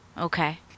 Okay